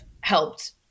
helped